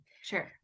Sure